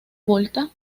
volta